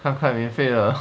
看看免费的